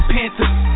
Panthers